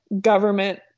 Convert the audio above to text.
government